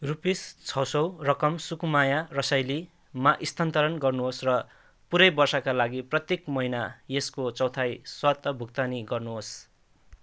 rupees छ सौ रकम सुकुमाया रसाइलीमा स्थानान्तरण गर्नुहोस् र पुरै वर्षका लागि प्रत्येक महिना यसको चौथाइ स्वतः भुक्तानी गर्नुहोस्